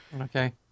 Okay